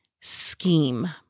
scheme